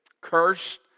Cursed